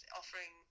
offering